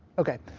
okay.